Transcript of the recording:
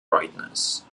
brightness